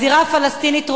הזירה הפלסטינית רועשת,